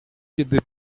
kiedy